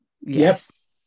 Yes